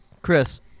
Chris